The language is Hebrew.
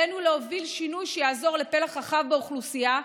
עלינו להוביל שינוי שיעזור לפלח רחב באוכלוסייה,